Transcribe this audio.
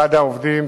ועד העובדים,